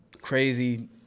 crazy